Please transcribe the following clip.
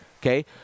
Okay